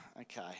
Okay